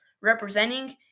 representing